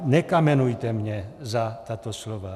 Nekamenujte mě za tato slova.